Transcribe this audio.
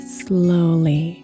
slowly